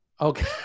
Okay